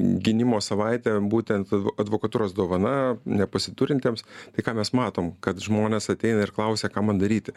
gynimo savaitė būtent advokatūros dovana nepasiturintiems tai ką mes matom kad žmonės ateina ir klausia ką man daryti